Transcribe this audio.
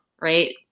Right